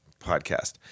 podcast